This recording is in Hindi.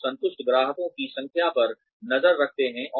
आप संतुष्ट ग्राहकों की संख्या पर नज़र रख सकते हैं